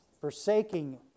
Forsaking